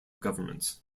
governments